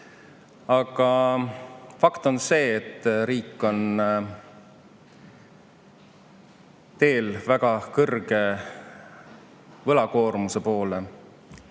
Aga fakt on see, et riik on teel väga suure võlakoormuse poole